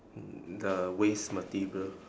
the waste material